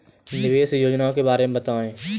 निवेश योजनाओं के बारे में बताएँ?